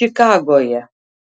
čikagoje